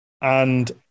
and-